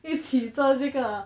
一起做这个